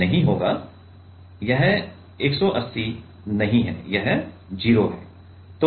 यह 180 नहीं है यह 0 है